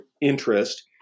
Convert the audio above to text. interest